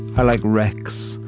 i like wrecks,